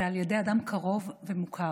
אלא על ידי אדם קרוב ומוכר,